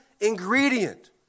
ingredient